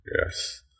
Yes